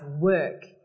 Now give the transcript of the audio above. work